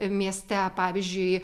mieste pavyzdžiui